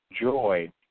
joy